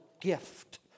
gift